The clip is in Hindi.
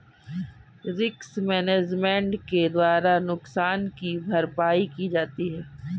रिस्क मैनेजमेंट के द्वारा नुकसान की भरपाई की जाती है